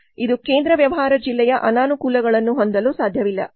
ಆದಾಗ್ಯೂ ಇದು ಕೇಂದ್ರ ವ್ಯವಹಾರ ಜಿಲ್ಲೆಯ ಅನಾನುಕೂಲಗಳನ್ನು ಹೊಂದಲು ಸಾಧ್ಯವಿಲ್ಲ